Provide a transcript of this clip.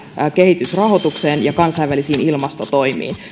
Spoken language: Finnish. kehitysrahoitukseen ja kansainvälisiin ilmastotoimiin